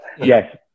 Yes